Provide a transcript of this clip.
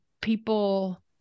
people